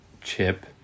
chip